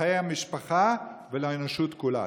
לחיי המשפחה ולאנושות כולה.